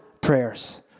prayers